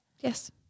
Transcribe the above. Yes